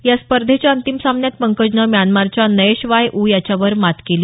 या स्पर्धेच्या अंतिम सामन्यात पंकजनं म्यानमारच्या नै श्वाय ऊ याच्यावर मात केली